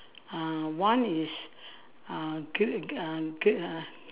uh one is uh g~ uh g~ uh